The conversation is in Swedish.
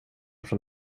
från